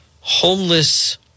homeless